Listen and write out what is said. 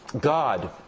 God